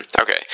okay